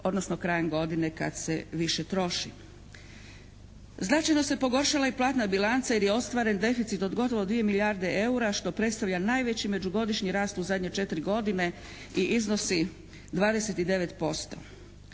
odnosno krajem godine kad se više troši. Značajno se pogoršala i platna bilanca jer je ostvaren deficit od gotovo 2 milijarde eura što predstavlja najveći međugodišnji rast u zadnje četiri godine i iznosi 29%.